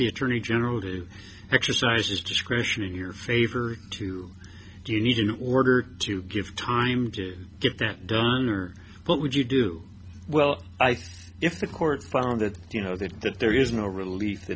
the attorney general to exercise his discretion in your favor to do you need in order to give time to get that done or what would you do well i think if the court found that you know that that there is no relief